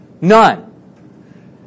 None